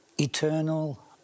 eternal